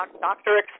doctor